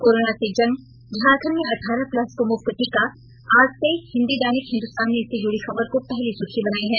corona से जंग झारखंड में अठारह प्लस को मुफ्त टीका आज से हिन्दी दैनिक हिंदुस्तान ने इससे जुड़ी खबर को पहली सुर्खी बनायी है